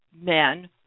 men